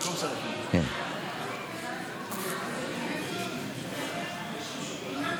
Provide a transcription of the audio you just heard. השרים לענייני